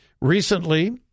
Recently